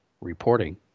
reporting